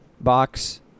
box